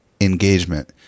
engagement